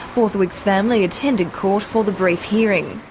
borthwick's family attended court for the brief hearing.